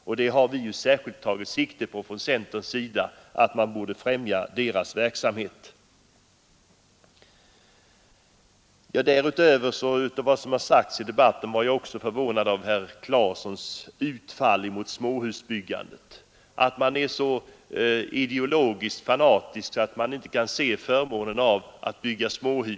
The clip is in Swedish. Detta har centern särskilt tagit sikte på och sagt att man måste befrämja deras verksamhet. Jag var också förvånad över herr Claesons utfall på småhusbyggandet. Kan man vara så ideologiskt fanatisk att man inte ser fördelen av att bygga småhus?